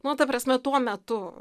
nu ta prasme tuo metu